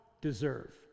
deserve